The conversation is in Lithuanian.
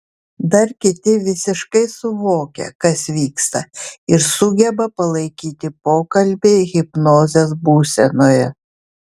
dar kiti visiškai suvokia kas vyksta ir sugeba palaikyti pokalbį hipnozės būsenoje